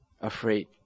afraid